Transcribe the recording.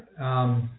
right